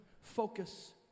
focus